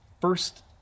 first